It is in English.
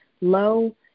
low